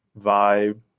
vibe